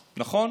נכון?